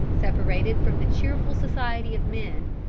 separated from the cheerful society of men,